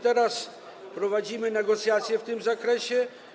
Teraz prowadzimy negocjacje w tym zakresie.